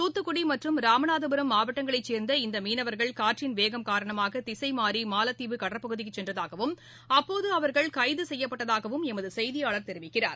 தூத்துக்குடி மற்றும் ராமநாதபுரம் மாவட்டங்களைச் சேர்ந்த இந்த மீனவர்கள் காற்றின் வேகம் காரணமாக திசைமாறி மாலத்தீவு கடற்பகுதிக்குச் சென்றதாகவும் அப்போது அவர்கள் கைது செய்யப்பட்டதாக எமது செய்தியாளர் தெரிவிக்கிறார்